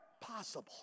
possible